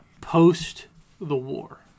post-the-war